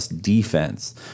Defense